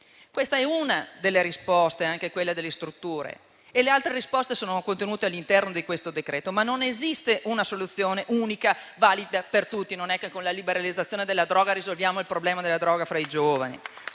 Questa è una delle risposte, quella relativa alle strutture, e altre risposte sono contenute all'interno di questo decreto. Non esiste, però, una soluzione unica, valida per tutti. Con la liberalizzazione della droga non risolviamo il problema della droga fra i giovani,